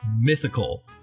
mythical